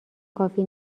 کافی